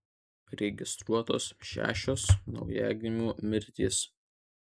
registruotos šešios naujagimių mirtys